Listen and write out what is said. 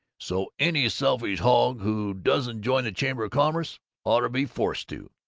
so any selfish hog who doesn't join the chamber of commerce ought to be forced to.